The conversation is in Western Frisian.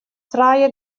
trije